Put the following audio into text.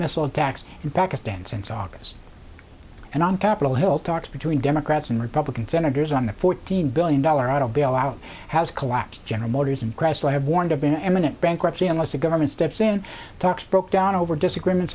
missile attacks in pakistan since august and on capitol hill talks between democrats and republican senators on the fourteen billion dollar out of bail out has collapsed general motors and chrysler have warned of an eminent bankruptcy unless the government steps in talks broke down over disagreements